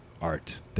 art